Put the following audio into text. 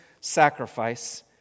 sacrifice